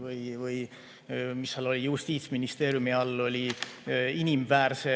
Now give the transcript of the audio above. või mis seal oli, Justiitsministeeriumi all oli inimväärse